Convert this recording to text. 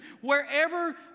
Wherever